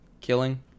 killing